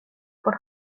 por